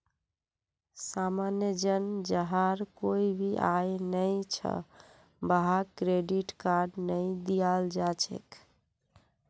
सामान्य जन जहार कोई भी आय नइ छ वहाक क्रेडिट कार्ड नइ दियाल जा छेक